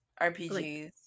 rpgs